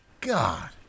God